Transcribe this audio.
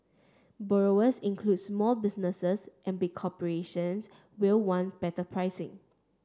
borrowers includes small businesses and big corporations will want better pricing